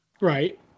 Right